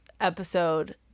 episode